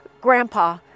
grandpa